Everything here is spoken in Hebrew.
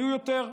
היו יותר.